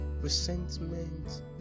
Resentment